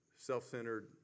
self-centered